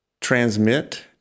transmit